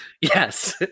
Yes